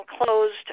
closed